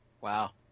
Wow